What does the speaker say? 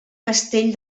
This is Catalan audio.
castell